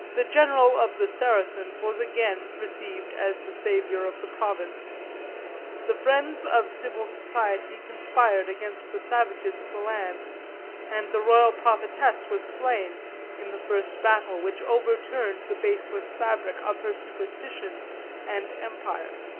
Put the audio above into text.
the general of the saracens was again received as the saviour of the province the friends of civil society conspired against the savages of the land and the royal prophetess was slain in the first battle which overturned the baseless fabric of her superstition and empire.